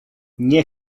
nie